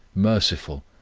merciful,